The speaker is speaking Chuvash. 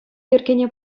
йӗркене